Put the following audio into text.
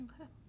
Okay